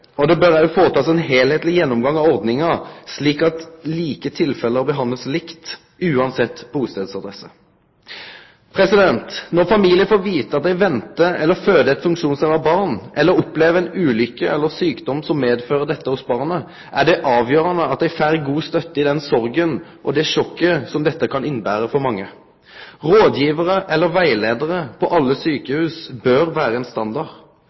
og det bør også foretas en helhetlig gjennomgang av ordningen slik at like tilfeller behandles likt uansett bostedsadresse. Når familier får vite at de venter eller får et funksjonshemmet barn, eller opplever en ulykke eller sykdom som medfører dette hos barnet, er det avgjørende at de får god støtte i den sorgen og det sjokket som dette kan innebære for mange. Rådgivere eller veiledere på alle sykehus bør være en standard.